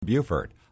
Buford